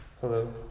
Hello